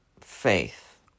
Faith